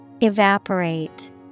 evaporate